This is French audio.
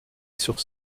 sur